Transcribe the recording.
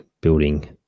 building